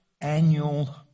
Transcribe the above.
annual